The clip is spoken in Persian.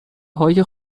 های